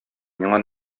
миңа